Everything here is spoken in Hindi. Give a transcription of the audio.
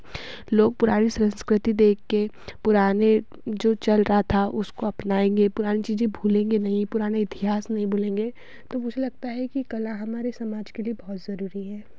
लोग पुरानी संस्कृति देख कर पुराने जो चल रहा था उसको अपनाएँगे पुराने चीज़ें भूलेंगे नहीं पुराने इतिहास नहीं भूलेंगे तो मुझे लगता है कि कला हमारे समाज के लिए बहुत ज़रूरी है